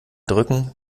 drücken